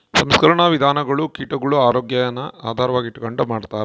ಸಂಸ್ಕರಣಾ ವಿಧಾನಗುಳು ಕೀಟಗುಳ ಆರೋಗ್ಯಾನ ಆಧಾರವಾಗಿ ಇಟಗಂಡು ಮಾಡ್ತಾರ